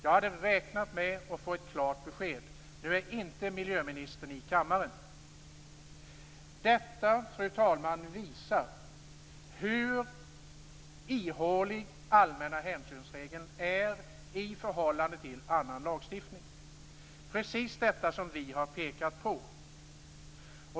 Jag hade räknat med att få ett klart besked. Nu är inte miljöministern i kammaren. Detta visar, fru talman, hur ihålig allmänna hänsynsregeln är i förhållande till annan lagstiftning. Det är precis detta som vi har pekat på.